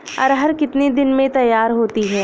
अरहर कितनी दिन में तैयार होती है?